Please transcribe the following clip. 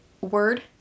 word